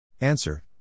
Answer